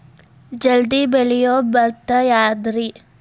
ಜಲ್ದಿ ಬೆಳಿಯೊ ಭತ್ತ ಯಾವುದ್ರೇ?